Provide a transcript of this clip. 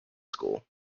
school